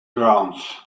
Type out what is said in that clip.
grounds